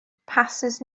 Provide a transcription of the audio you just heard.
passes